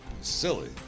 Silly